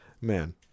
Man